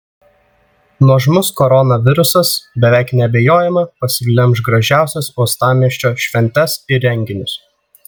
nuožmus koronavirusas beveik neabejojama pasiglemš gražiausias uostamiesčio šventes ir renginius